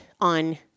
on